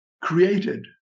created